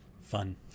Fun